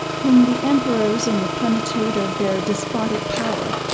whom the emperors, in the plenitude of their despotic power,